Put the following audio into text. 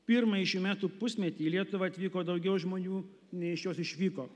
pirmąjį šių metų pusmetį į lietuvą atvyko daugiau žmonių nei iš jos išvyko